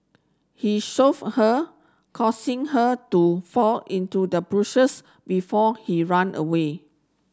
he shove her causing her to fall into the bushes before he run away